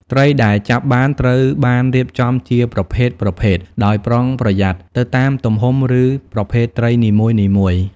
ត្រីដែលចាប់បានត្រូវបានរៀបចំជាប្រភេទៗដោយប្រុងប្រយ័ត្ន ទៅតាមទំហំ ឬប្រភេទត្រីនីមួយៗ។